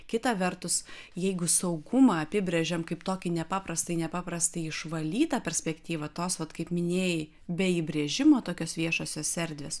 kita vertus jeigu saugumą apibrėžiam kaip tokį nepaprastai nepaprastai išvalytą perspektyvą tos vat kaip minėjai be įbrėžimo tokios viešosios erdvės